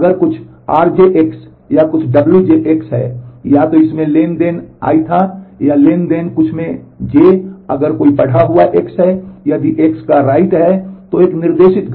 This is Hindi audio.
अगर कुछ rj होगा Ti से Tj तक